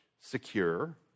secure